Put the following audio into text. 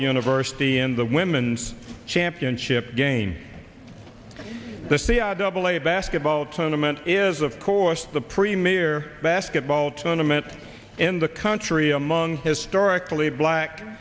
university in the women's chan in chip game the double a basketball tournament is of course the premier basketball tournament in the country among historically black